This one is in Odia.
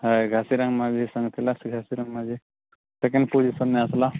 ହାଏ ଘାସେରା ମାଝି ସାଙ୍ଗେ ଥିଲା ସେ ଘାସେରା ମାଝି ସେକେଣ୍ଡ ପୋଜିସନ୍ରେ ଆସିଲା